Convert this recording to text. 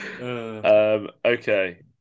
Okay